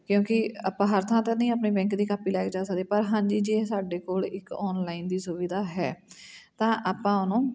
ਕਿਉਂਕਿ ਆਪਾਂ ਹਰ ਥਾਂ ਤਾਂ ਨਹੀਂ ਆਪਣੀ ਬੈਂਕ ਦੀ ਕਾਪੀ ਲੈ ਕੇ ਜਾ ਸਕਦੇ ਪਰ ਹਾਂਜੀ ਜੇ ਸਾਡੇ ਕੋਲ ਇੱਕ ਔਨਲਾਈਨ ਦੀ ਸੁਵਿਧਾ ਹੈ ਤਾਂ ਆਪਾਂ ਉਹਨੂੰ